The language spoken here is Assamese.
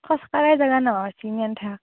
খোজ কাঢ়াৰ জাগাই নোহোৱা হৈছি ইম্যেন ঠেক